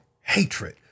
hatred